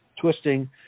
twisting